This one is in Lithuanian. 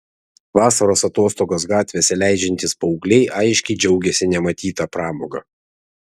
vasaros atostogas gatvėse leidžiantys paaugliai aiškiai džiaugėsi nematyta pramoga